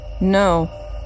No